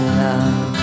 love